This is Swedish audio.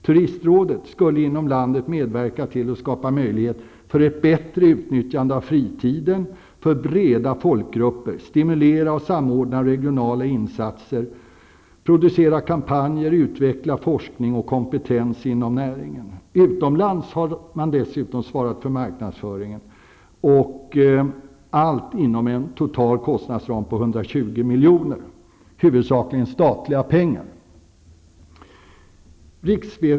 Turistrådet skulle inom landet medverka till att skapa möjlighet för ett bättre utnyttjande av fritiden för breda folkgrupper, stimulera och samordna regionala insatser, producera kampanjer, utveckla forskning och kompetens inom näringen. Utomlands har det dessutom svarat för marknadsföringen. Allt inom en total kostnadsram på 120 miljoner, huvudsakligen statliga pengar.